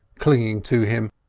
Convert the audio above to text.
clinging to him,